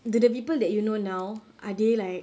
do the people that you know now are they like